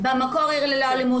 במקור עיר ללא אלימות,